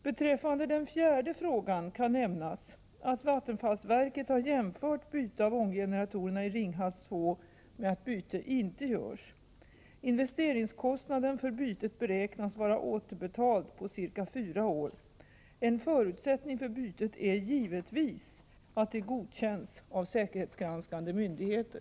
Beträffande den fjärde frågan kan nämnas att vattenfallsverket har jämfört byte av ånggeneratorerna i Ringhals 2 med att byte inte görs. Investeringskostnaden för bytet beräknas vara återbetald på ca 4 år. En förutsättning för bytet är givetvis att det godkänns av säkerhetsgranskande myndigheter.